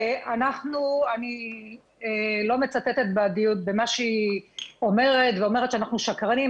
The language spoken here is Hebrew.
אני לא מצטטת את מה שהיא אומרת ואומרת שאנחנו שקרנים.